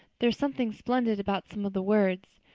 there's something splendid about some of the words.